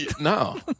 No